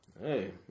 Hey